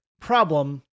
problem